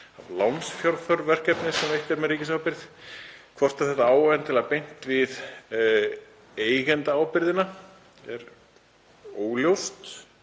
af lánsfjárþörf verkefnis sem veitt er með ríkisábyrgð. Hvort þetta á endilega beint við eigendaábyrgðina er óljóst,